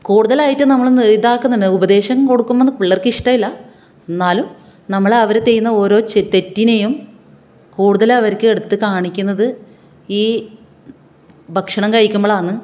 കൂടുതലായിട്ട് നമ്മൾ ഇതാക്കുന്നത് ഉപദേശം കൊടുക്കുമ്പം പിള്ളേർക്ക് ഇഷ്ടമില്ല എന്നാലും നമ്മൾ അവർ ചെയ്യുന്ന ഓരോ ചെ തെറ്റിനെയും കൂട്തൽ അവർക്ക് എടുത്ത് കാണിക്കുന്നത് ഈ ഭക്ഷണം കഴിക്കുമ്പോളാണ്